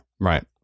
Right